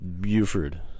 Buford